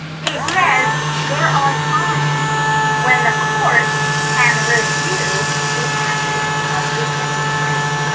he says there are times when the court can review the actions of the executive branch,